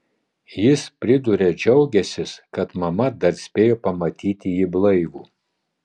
jis priduria džiaugiąsis kad mama dar spėjo pamatyti jį blaivų